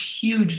huge